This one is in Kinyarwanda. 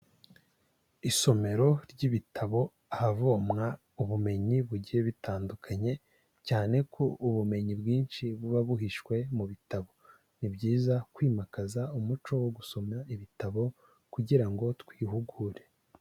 Isomero ry'ibitabo ahavomwa ubumenyi bugiye bitandukanye cyane ko ubumenyi bwinshi buba buhishwe mu bitabo, ni byiza kwimakaza umuco wo gusoma ibitabo kugira ngo twihugure.